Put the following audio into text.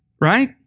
right